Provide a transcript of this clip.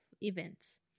events